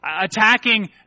attacking